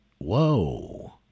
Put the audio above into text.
Whoa